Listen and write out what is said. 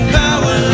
power